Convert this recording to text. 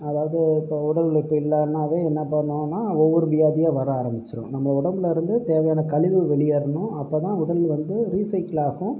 அதாவது இப்போ உடல் உழைப்பு இல்லைனாவே என்ன பண்ணணும்னா ஒவ்வொரு வியாதியாக வர ஆரமிச்சுடும் நம்ம உடம்பில் இருந்து தேவையான கழிவு வெளியேறணும் அப்போதான் உடல் வந்து ரீசைகிள் ஆகும்